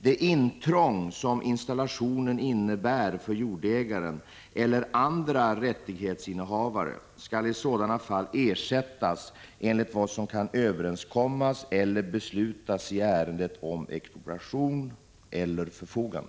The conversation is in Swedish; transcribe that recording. Det intrång som installationen innebär för jordägaren eller andra rättighetsinnehavare skall i sådana fall ersättas enligt vad som kan överenskommas eller beslutas i ärendet om expropriation eller förfogande.